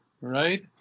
right